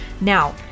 Now